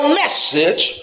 message